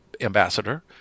ambassador